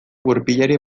gurpilari